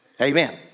Amen